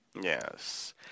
Yes